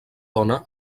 dona